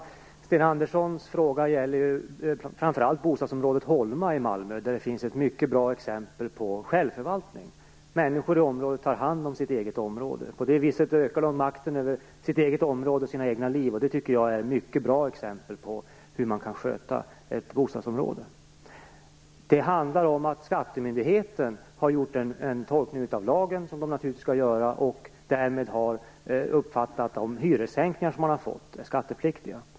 Fru talman! Sten Anderssons fråga gäller bostadsområdet Holma i Malmö, där det finns ett mycket bra exempel på självförvaltning. Människor som bor där tar hand om sitt eget område. På det viset ökar de makten över sina egna liv. Det är ett mycket bra exempel på hur man kan sköta ett bostadsområde. Skattemyndigheten har i det här fallet gjort en tolkning av lagen. Därvid har man uppfattat de hyressänkningar som de boende har fått som skattepliktiga.